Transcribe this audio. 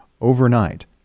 overnight